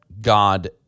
God